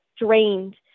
drained